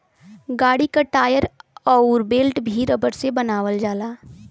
गाड़ी क टायर अउर बेल्ट भी रबर से बनावल जाला